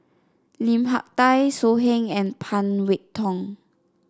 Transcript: Lim Hak Tai So Heng and Phan Wait Hong